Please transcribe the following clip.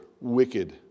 wicked